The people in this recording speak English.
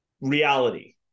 reality